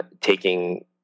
taking